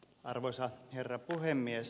arvoisa herra puhemies